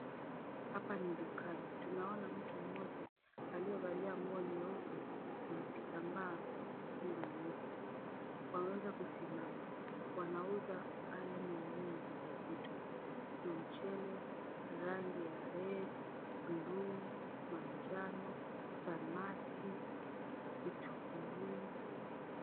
Hapa ni dukani tunaona mtu mmoja aliyevalia nguo nyeupe na kitambaa anaofunga nyeupe. Wameweza kusimama, wanauza aina nyingi za vitu. Kuna; mchele, rangi ya red , buluu, manjano, samaki, vitunguu.